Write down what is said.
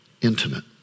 intimate